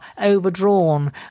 overdrawn